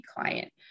client